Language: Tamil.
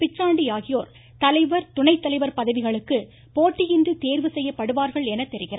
பிச்சாண்டி ஆகியோர் தலைவர் துணைத்தலைவர் பதவிகளுக்கு போட்டியின்றி தேர்வு செய்யப்படுவார்கள் என தெரிகிறது